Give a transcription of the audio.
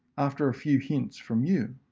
after a few hints from you.